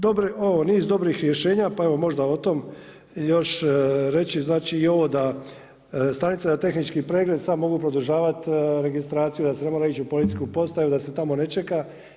Dobro, niz dobrih rješenja pa evo možda o tom još reći znači da stanica za tehnički pregled sad moraju produžavat registraciju, da se ne mora ići u policijsku postaju, da se tamo ne čeka.